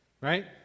right